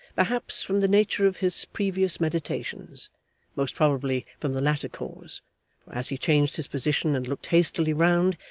perhaps from the nature of his previous meditations most probably from the latter cause, for as he changed his position and looked hastily round,